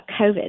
COVID